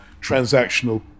transactional